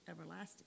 everlasting